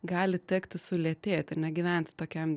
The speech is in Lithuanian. gali tekti sulėtėti ir negyventi tokiam